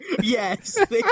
Yes